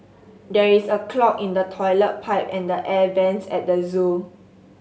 there is a clog in the toilet pipe and the air vents at the zoo